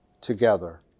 together